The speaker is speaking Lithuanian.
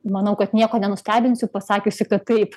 manau kad nieko nenustebinsiu pasakiusi kad taip